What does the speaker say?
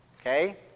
Okay